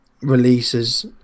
releases